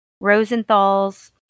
Rosenthal's